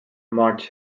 march